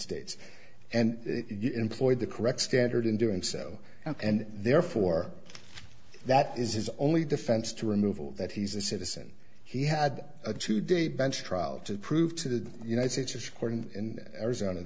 states and employed the correct standard in doing so and therefore that is his only defense to removal that he's a citizen he had a two day bench trial to prove to the united states court in arizona